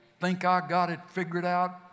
think-I-got-it-figured-out